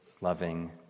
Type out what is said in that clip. loving